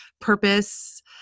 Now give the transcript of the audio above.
purpose